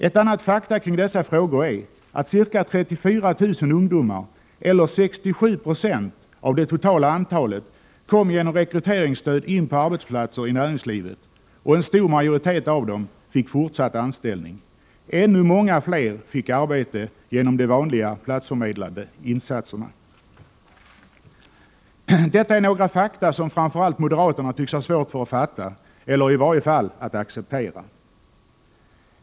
Ett annat faktum härvidlag är att ca 34 000 ungdomar, eller 67 70 av det totala antalet, kom genom rekryteringsstöd in på arbetsplatser i näringslivet, och en stor majoritet av dem fick fortsatt anställning. Många fler fick arbete genom de vanliga platsförmedlande instanserna. Detta är några fakta som framför allt moderaterna tycks ha svårt för att fatta eller i varje fall acceptera.